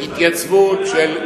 התייצבות של,